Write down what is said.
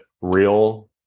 real